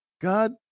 God